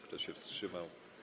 Kto się wstrzymał?